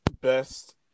best